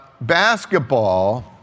Basketball